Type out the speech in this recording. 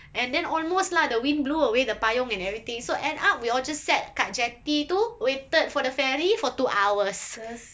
and then almost lah the wind blew away the payung and everything so end up we all just sat kat jetty tu waited for the ferry for two hours